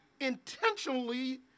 intentionally